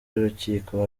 y’urukiko